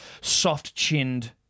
soft-chinned